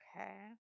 Okay